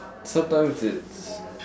sometimes it's